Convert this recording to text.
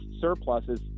surpluses